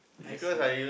I see